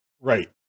Right